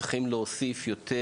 צריכים להוסיף יותר,